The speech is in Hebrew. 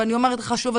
ואני אומרת שוב,